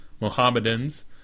Mohammedans